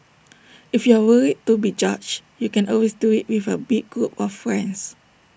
if you are worried to be judged you can always do IT with A big group of friends